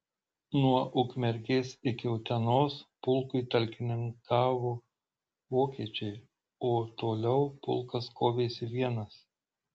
nuo ukmergės iki utenos pulkui talkininkavo vokiečiai o toliau pulkas kovėsi vienas